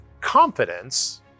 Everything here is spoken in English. confidence